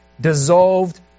dissolved